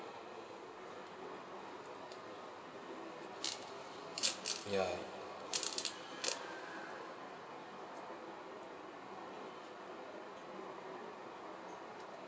ya